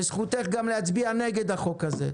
וזכותך גם להצביע נגד הצעת החוק הזאת,